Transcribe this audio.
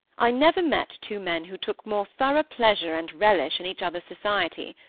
i never met two men who took more thorough pleasure and relish in each other's society.